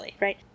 right